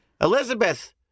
Elizabeth